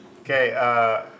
Okay